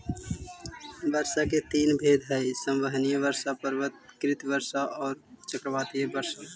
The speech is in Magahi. वर्षा के तीन भेद हई संवहनीय वर्षा, पर्वतकृत वर्षा औउर चक्रवाती वर्षा